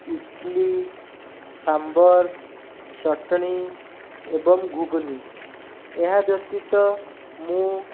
ଇଟିଲି ସାମ୍ବର ଚଟଣି ଏବଂ ଘୁଗୁନି ଏହା ବ୍ୟତିତ ମୁଁ